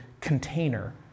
container